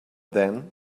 then